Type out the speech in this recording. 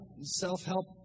self-help